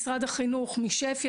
משרד החינוך משפ"י,